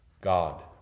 God